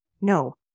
no